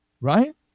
right